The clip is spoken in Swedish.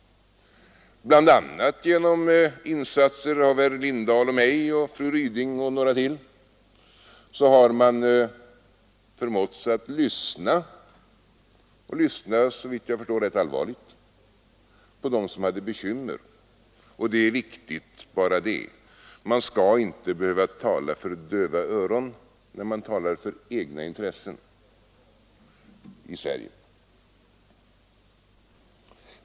Bl. a. på grund av insatser av herr Lindahl i Hamburgsund, av mig, av fru Ryding och några till har man förmåtts att lyssna — och, såvitt jag förstår, lyssna rätt allvarligt — på dem som har bekymmer. Och det är viktigt bara det — man skall i Sverige inte behöva tala för döva öron när man talar för egna intressen.